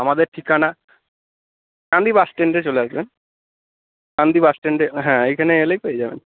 আমাদের ঠিকানা কান্দি বাসস্ট্যান্ডে চলে আসবেন কান্দি বাসস্ট্যান্ডে হ্যাঁ এইখানে এলেই পেয়ে যাবেন